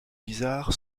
bizarre